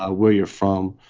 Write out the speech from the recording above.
ah where you're from,